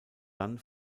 dann